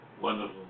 wonderful